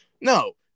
No